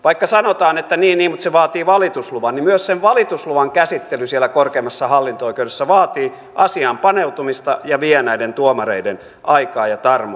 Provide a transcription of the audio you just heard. vaikka sanotaan että niin niin mutta se vaatii valitusluvan niin myös sen valitusluvan käsittely siellä korkeimmassa hallinto oikeudessa vaatii asiaan paneutumista ja vie näiden tuomareiden aikaa ja tarmoa